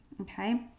Okay